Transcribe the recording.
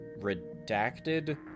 redacted